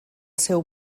seu